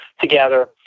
together